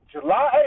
July